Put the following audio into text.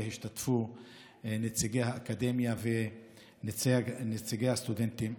והשתתפו נציגי האקדמיה ונציגי הסטודנטים.